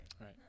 right